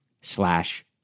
slash